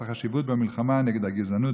את החשיבות שבמלחמה נגד הגזענות,